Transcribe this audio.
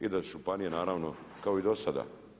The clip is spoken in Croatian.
I da županije naravno kao i do sada.